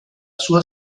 sua